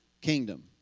kingdom